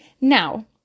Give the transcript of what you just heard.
Now